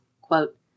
quote